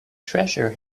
treasure